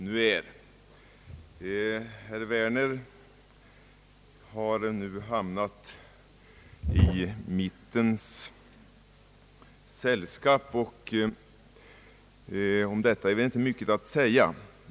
Herr Werner har nu hamnat i mittenpartiernas sällskap, och om detta är väl inte mycket att säga.